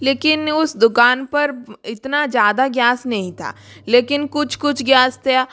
लेकिन उस दुकान पर इतना ज़्यादा गैस नहीं था लेकिन कुछ कुछ गैस था